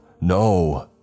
no